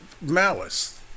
malice